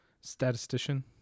statistician